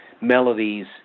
Melodies